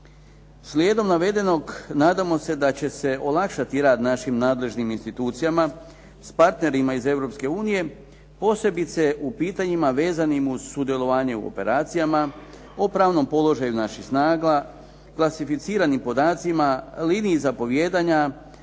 Slijedom navedenog nadamo se da će se olakšati rad našim nadležnim institucijama s partnerima iz Europske unije posebice u pitanjima vezanim uz sudjelovanje u operacijama, o pravnom položaju naših snaga, klasificiranim podacima, liniji zapovijedanja,